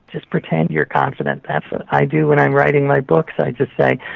just pretend you're confident. that's what i do when i'm writing my books. i just say,